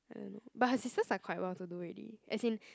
I don't know but her sisters are quite well to do already as in